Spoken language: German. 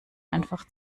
einfach